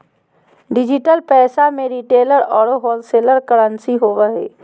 digital पैसा में retailer औरो होलसेलर करंसी होवो हइ